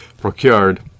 procured